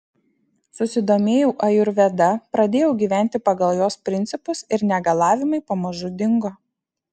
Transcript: susidomėjau ajurveda pradėjau gyventi pagal jos principus ir negalavimai pamažu dingo